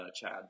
Chad